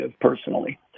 personally